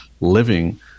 living